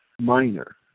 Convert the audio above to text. minor